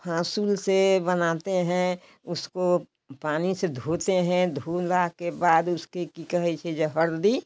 हाँसु से बनाते हैं उसको पानी से धोते हैं धुलने के बाद उसके कि कहै छै जे हलदी